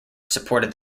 supported